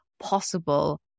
possible